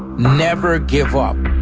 never give up.